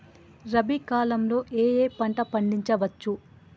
రబీ కాలంలో ఏ ఏ పంట పండించచ్చు?